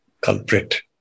culprit